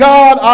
God